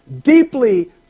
deeply